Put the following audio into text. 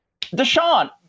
Deshaun